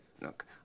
Look